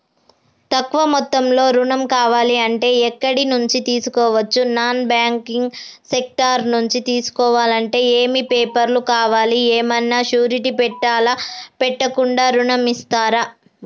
తక్కువ మొత్తంలో ఋణం కావాలి అంటే ఎక్కడి నుంచి తీసుకోవచ్చు? నాన్ బ్యాంకింగ్ సెక్టార్ నుంచి తీసుకోవాలంటే ఏమి పేపర్ లు కావాలి? ఏమన్నా షూరిటీ పెట్టాలా? పెట్టకుండా ఋణం ఇస్తరా?